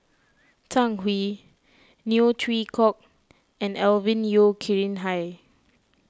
Zhang Hui Neo Chwee Kok and Alvin Yeo Khirn Hai